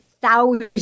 thousands